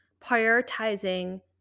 prioritizing